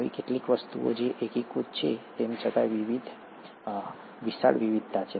એવી કેટલીક વસ્તુઓ છે જે એકીકૃત છે તેમ છતાં વિશાળ વિવિધતા છે